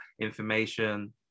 information